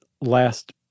last